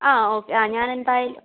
ആ ഓക്കെ ആ ഞാൻ എന്തായാലും